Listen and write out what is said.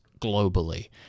globally